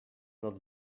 not